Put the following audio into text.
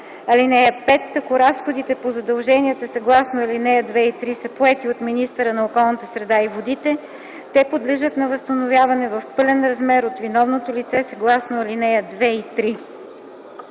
(5) Ако разходите по задълженията, съгласно ал. 2 и 3 са поети от министъра на околната среда и водите, те подлежат на възстановяване в пълен размер от виновното лице, съгласно ал. 2 и 3.”